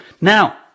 Now